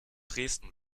dresden